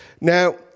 Now